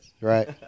Right